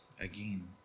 again